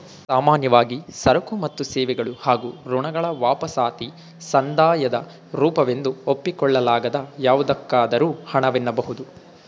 ಸಾಮಾನ್ಯವಾಗಿ ಸರಕು ಮತ್ತು ಸೇವೆಗಳು ಹಾಗೂ ಋಣಗಳ ವಾಪಸಾತಿ ಸಂದಾಯದ ರೂಪವೆಂದು ಒಪ್ಪಿಕೊಳ್ಳಲಾಗದ ಯಾವುದಕ್ಕಾದರೂ ಹಣ ವೆನ್ನಬಹುದು